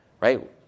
Right